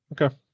okay